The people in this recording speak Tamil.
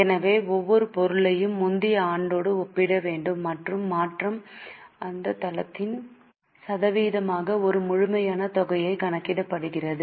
எனவே ஒவ்வொரு பொருளையும் முந்தைய ஆண்டோடு ஒப்பிட வேண்டும் மற்றும் மாற்றம் அந்த தளத்தின் சதவீதமாக ஒரு முழுமையான தொகையாக கணக்கிடப்படுகிறது